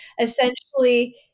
essentially